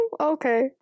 Okay